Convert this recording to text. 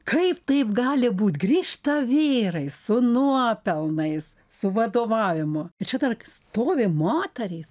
kaip taip gali būt grįžta vyrai su nuopelnais su vadovavimu ir čia dar stovi moterys